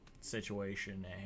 situation